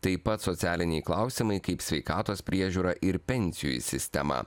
taip pat socialiniai klausimai kaip sveikatos priežiūra ir pensijų sistema